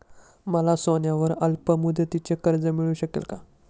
मला सोन्यावर अल्पमुदतीचे कर्ज मिळू शकेल का?